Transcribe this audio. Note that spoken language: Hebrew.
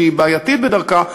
שהיא בעייתית בדרכה,